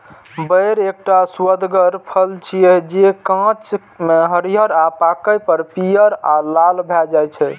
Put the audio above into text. बेर एकटा सुअदगर फल छियै, जे कांच मे हरियर आ पाके पर पीयर आ लाल भए जाइ छै